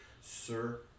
Sir